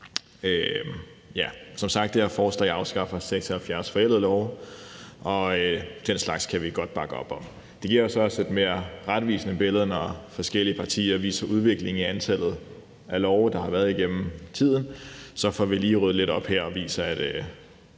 man med det her forslag 76 forældede lov, og den slags kan vi godt bakke op om. Det giver os også et mere retvisende billede, i forhold til når forskellige partier viser udviklingen i antallet af love, der været igennem tiden, for så får vi lige ryddet lidt op her og viser, at